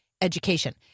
education